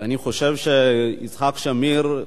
ואני חושב שיצחק שמיר,